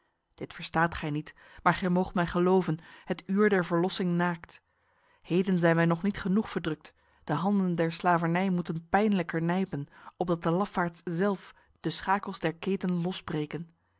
dit verstaat gij niet maar gij moogt mij geloven het uur der verlossing naakt heden zijn wij nog niet genoeg verdrukt de handen der slavernij moeten pijnlijker nijpen opdat de lafaards zelf de schakels der keten losbreken